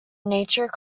nature